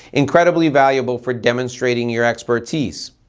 incredibly valuable for demonstrating your expertise.